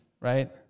right